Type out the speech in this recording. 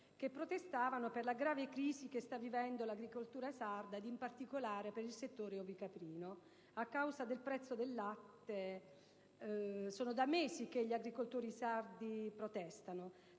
che protestavano per la grave crisi che sta vivendo l'agricoltura sarda, in particolare il settore ovicaprino a causa del prezzo del latte. È da mesi che gli agricoltori sardi protestano.